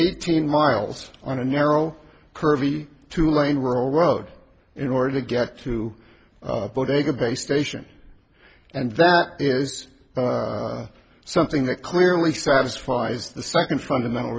eighteen miles on a narrow curvy two lane road in order to get to bodega bay station and that is something that clearly satisfies the second fundamental